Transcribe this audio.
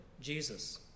Jesus